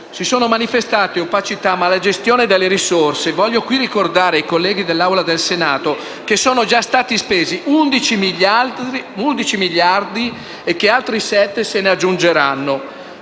si sono manifestate opacità e malagestione delle risorse. Voglio qui ricordare ai colleghi dell'Aula del Senato che sono stati già spesi 11 miliardi e che altri 7 se ne aggiungeranno.